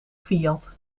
fiat